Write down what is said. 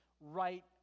right